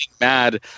mad